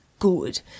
good